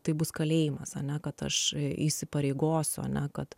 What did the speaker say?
tai bus kalėjimas ane kad aš įsipareigosiu ane kad